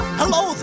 hello